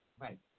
Right